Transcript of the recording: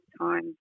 time